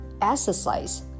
exercise